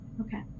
Okay